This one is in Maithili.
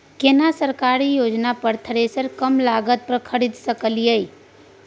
केना सरकारी योजना पर थ्रेसर कम लागत पर खरीद सकलिए?